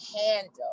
handle